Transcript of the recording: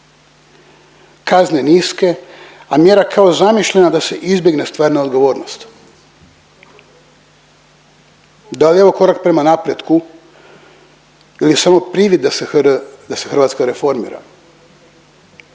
Kazne niske, a mjera kao zamišljena da se izbjegne stvarna odgovornost. Dal je ovo korak prema napretku ili samo privid da se Hrvatska reformira?